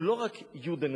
הם לא רק "יודנריין".